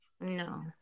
No